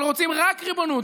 אבל רוצים רק ריבונות,